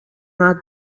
not